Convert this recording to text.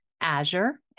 Azure